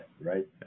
right